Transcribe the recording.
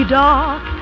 dark